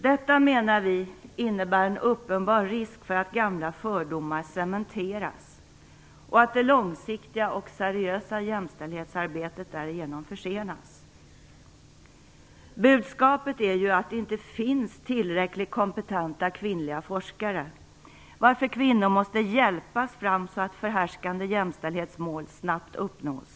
Detta menar vi innebär en uppenbar risk för att gamla fördomar cementeras och att det långsiktiga och seriösa jämställdhetsarbetet därigenom försenas. Budskapet är ju att det inte finns tillräckligt kompetenta kvinnliga forskare, varför kvinnor måste hjälpas fram så att förhärskande jämställdhetsmål snabbt uppnås.